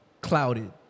clouded